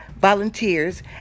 volunteers